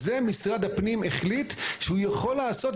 את זה משרד הפנים החליט שהוא יכול לעשות,